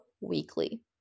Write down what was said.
weekly